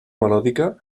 melòdica